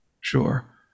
Sure